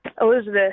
Elizabeth